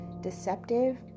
deceptive